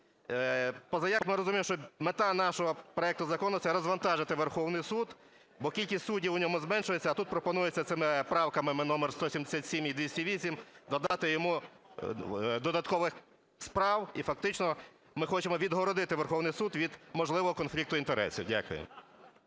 позаяк ми розуміємо, що мета нашого проекту закону - це розвантажити Верховний Суд, бо кількість суддів в ньому зменшується. А тут пропонується цими правками, номер 177 і 208, додати йому додаткових справ, і фактично ми хочемо відгородити Верховний Суд від можливого конфлікту інтересів. Дякую.